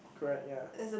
correct ya